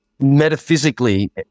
metaphysically